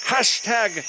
Hashtag